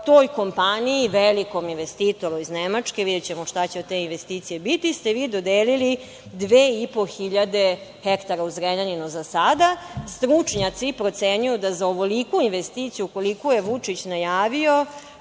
Toj kompaniji, velikom investitoru iz Nemačke, videćemo šta će biti od te investicije, ste vi dodelili 2,5 hiljade hektara u Zrenjaninu. Stručnjaci procenjuju da za ovoliku investiciju, koliku je Vučić najavio,